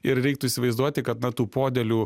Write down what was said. ir reiktų įsivaizduoti kad na tų podėlių